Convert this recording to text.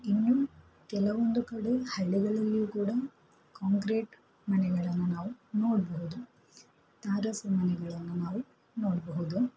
ಇನ್ನು ಕೆಲವೊಂದು ಕಡೆ ಹಳ್ಳಿಗಳಲ್ಲಿಯೂ ಕೂಡ ಕಾಂಕ್ರೀಟ್ ಮನೆಗಳನ್ನು ನಾವು ನೋಡಬಹುದು ತಾರಸಿ ಮನೆಗಳನ್ನು ನಾವು ನೋಡಬಹುದು